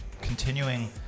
continuing